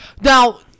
Now